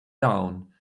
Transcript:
down